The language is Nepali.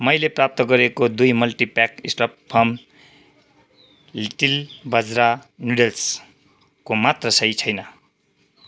मैले प्राप्त गरेको दुई मल्टिप्याक स्टप फार्म लिटिल बाजरा नुडल्सको मात्रा सही छैन